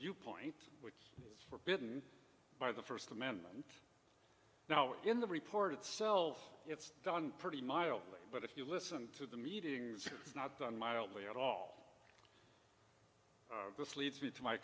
viewpoint forbidden by the first amendment now in the report itself it's done pretty mild but if you listen to the meetings it's not done mildly at all this leads me to my